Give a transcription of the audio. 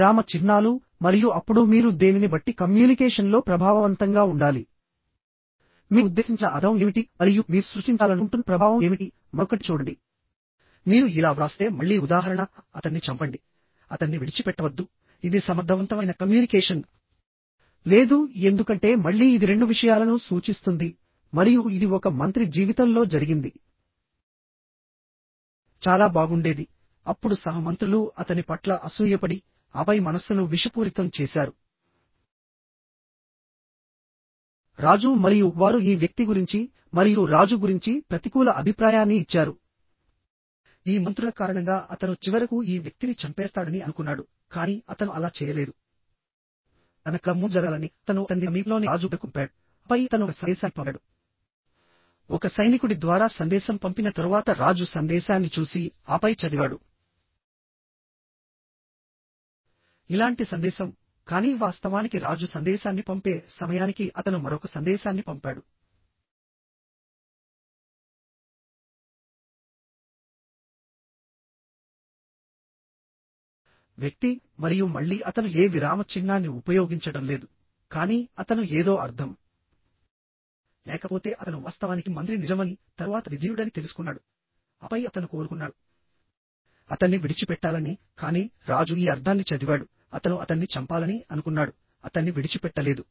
విరామ చిహ్నాలు మరియు అప్పుడు మీరు దేనిని బట్టి కమ్యూనికేషన్లో ప్రభావవంతంగా ఉండాలి మీ ఉద్దేశించిన అర్థం ఏమిటి మరియు మీరు సృష్టించాలనుకుంటున్న ప్రభావం ఏమిటి మరొకటి చూడండి మీరు ఇలా వ్రాస్తే మళ్ళీ ఉదాహరణ అతన్ని చంపండి అతన్ని విడిచిపెట్టవద్దు ఇది సమర్థవంతమైన కమ్యూనికేషన్ లేదు ఎందుకంటే మళ్ళీ ఇది రెండు విషయాలను సూచిస్తుంది మరియు ఇది ఒక మంత్రి జీవితంలో జరిగింది చాలా బాగుండేది అప్పుడు సహ మంత్రులు అతని పట్ల అసూయపడి ఆపై మనస్సును విషపూరితం చేశారు రాజు మరియు వారు ఈ వ్యక్తి గురించి మరియు రాజు గురించి ప్రతికూల అభిప్రాయాన్ని ఇచ్చారు ఈ మంత్రుల కారణంగా అతను చివరకు ఈ వ్యక్తిని చంపేస్తాడని అనుకున్నాడు కానీ అతను అలా చేయలేదు తన కళ్ళ ముందు జరగాలని అతను అతన్ని సమీపంలోని రాజు వద్దకు పంపాడుఆపై అతను ఒక సందేశాన్ని పంపాడు ఒక సైనికుడి ద్వారా సందేశం పంపిన తరువాత రాజు సందేశాన్ని చూసి ఆపై చదివాడు ఇలాంటి సందేశం కానీ వాస్తవానికి రాజు సందేశాన్ని పంపే సమయానికి అతను మరొక సందేశాన్ని పంపాడు వ్యక్తి మరియు మళ్ళీ అతను ఏ విరామ చిహ్నాన్ని ఉపయోగించడం లేదు కానీ అతను ఏదో అర్థం లేకపోతే అతను వాస్తవానికి మంత్రి నిజమని తరువాత విధేయుడని తెలుసుకున్నాడుఆపై అతను కోరుకున్నాడు అతన్ని విడిచిపెట్టాలని కానీ రాజు ఈ అర్థాన్ని చదివాడు అతను అతన్ని చంపాలని అనుకున్నాడు అతన్ని విడిచిపెట్టలేదు